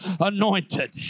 anointed